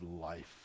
life